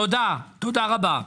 תודה רבה.